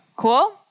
Cool